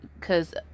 cause